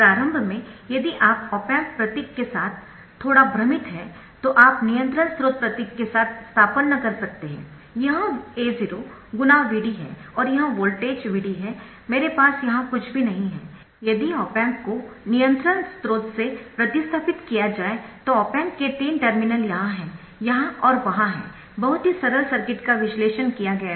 प्रारंभ में यदि आप ऑप एम्प प्रतीक के साथ थोड़ा भ्रमित है तो आप नियंत्रण स्रोत प्रतीक के साथ स्थानापन्न कर सकते है यह A0 Vd है और यह वोल्टेज Vd है मेरे पास यहाँ कुछ भी नहीं है यदि ऑप एम्प को नियंत्रण स्रोत से प्रतिस्थापित किया जाए तो ऑप एम्प के तीन टर्मिनल यहां हैं यहां और वहां है बहुत ही सरल सर्किट का विश्लेषण किया गया है